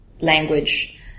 language